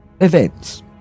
events